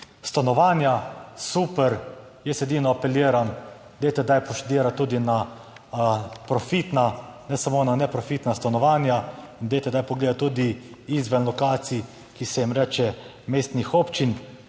Stanovanja, super, jaz edino apeliram, dajte kdaj poštudirati tudi na profitna, ne samo na neprofitna stanovanja in dajte kdaj pogledati tudi izven lokacij, ki se jim reče, mestnih občin.